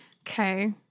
Okay